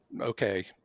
okay